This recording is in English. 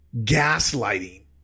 gaslighting